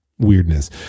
Weirdness